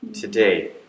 today